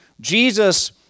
Jesus